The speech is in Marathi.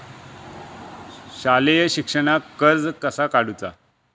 शालेय शिक्षणाक कर्ज कसा काढूचा?